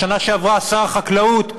בשנה שעברה שר החקלאות,